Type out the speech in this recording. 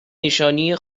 نشانی